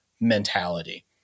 mentality